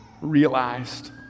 realized